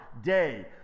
day